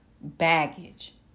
baggage